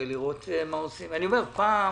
פעם